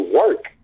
work